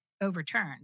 overturned